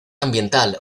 ambiental